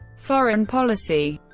foreign policy.